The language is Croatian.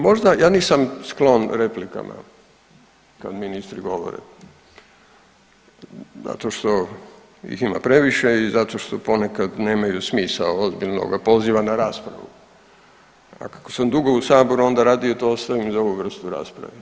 Možda ja nisam sklon replikama kad ministri govore zato što ih ima previše i zato što ponekad nemaju smisao ozbiljnoga poziva na raspravu, a kako sam dugo u saboru onda radije to ostavim za ovu vrstu rasprave.